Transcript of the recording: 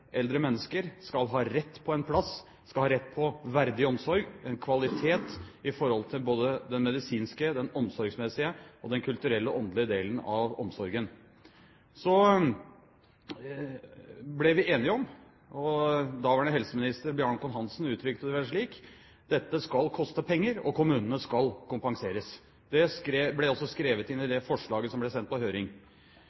eldre mennesker skal ha rett til en plass, skal ha rett til verdig omsorg, kvalitet, når det gjelder både den medisinske, den omsorgsmessige og den kulturelle og åndelige delen av omsorgen. Vi ble enige om – daværende helseminister Bjarne Håkon Hanssen uttrykte det vel slik: Dette skal koste penger, og kommunene skal kompenseres. Det ble også skrevet inn i